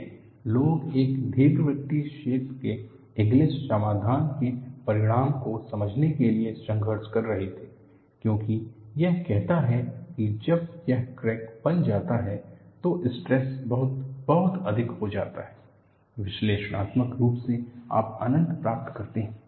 देखें लोग एक दीर्घवृत्तीय छेद के इंगलिस समाधान के परिणाम को समझने के लिए संघर्ष कर रहे थे क्योंकि यह कहता है कि जब यह क्रैक बन जाता है तो स्ट्रेस बहुत बहुत अधिक हो जाते हैं विश्लेषणात्मक रूप से आप अनंत प्राप्त करते हैं